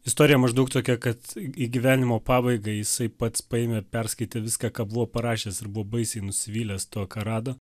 istorija maždaug tokia kad į gyvenimo pabaigą jisai pats paėmė perskaitė viską ką buvo parašęs ir buvo baisiai nusivylęs tuo ką rado